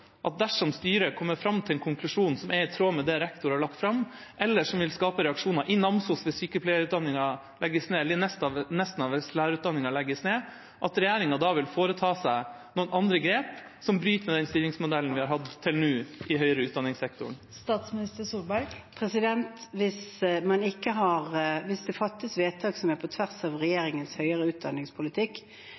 at dersom styret kommer fram til en konklusjon som er i tråd med det rektor har lagt fram, eller som vil skape reaksjoner – i Namsos hvis sykepleierutdanningen legges ned, eller i Nesna hvis lærerutdanningen legges ned – vil regjeringa foreta noen andre grep som bryter med den styringsmodellen vi har hatt til nå i høyere utdanningssektoren? Hvis det fattes vedtak som er på tvers av regjeringens høyere utdanningspolitikk,